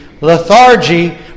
lethargy